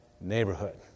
neighborhood